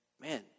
man